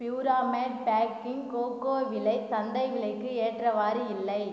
பியூராமேட் baking cocoa விலை சந்தை விலைக்கு ஏற்றவாறு இல்லை